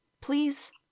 Please